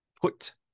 put